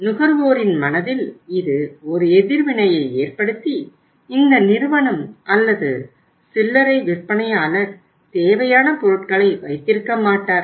நுகர்வோரின் மனதில் இது ஒரு எதிர்வினையை எற்படுத்தி இந்த நிறுவனம் அல்லது சில்லறை விற்பனையாளர் தேவையான பொருட்களை வைத்திருக்கமாட்டார்